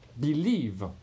believe